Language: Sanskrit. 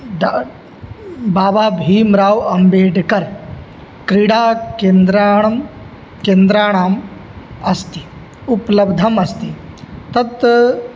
डा बाबा भीम् राव् अम्बेड्कर् क्रीडा केन्द्राणां केन्द्राणाम् अस्ति उपलब्धम् अस्ति तत्